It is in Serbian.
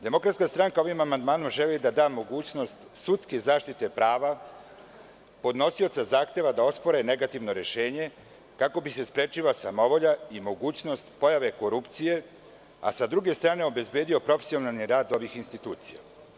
Demokratska stranka ovim amandmanom želi da da mogućnost sudske zaštite prava podnosioca zahteva da ospore negativno rešenje kako bi se sprečila samovolja i mogućnost pojave korupcije, a s druge strane obezbedio profesionalni rad ovih institucija.